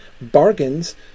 bargains